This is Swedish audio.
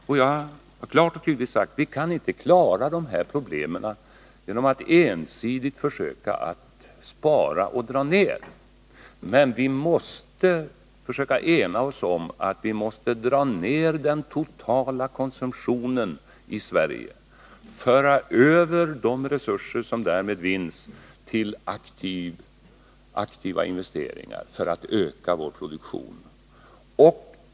Jag har klart och tydligt sagt att vi inte kan klara dessa problem genom att ensidigt försöka spara och dra ned. Men vi måste försöka ena oss om att dra ned den totala konsumtionen i Sverige och föra över de resurser som därmed vinns till aktiva investeringar för att öka vår produktion.